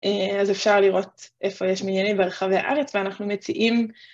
אז אפשר לראות איפה יש מניינים ברחבי הארץ, ואנחנו מציעים...